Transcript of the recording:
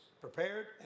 prepared